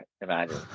imagine